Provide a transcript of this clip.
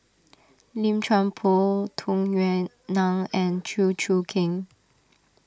Lim Chuan Poh Tung Yue Nang and Chew Choo Keng